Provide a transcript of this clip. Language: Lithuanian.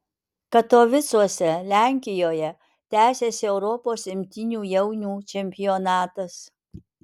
katovicuose lenkijoje tęsiasi europos imtynių jaunių čempionatas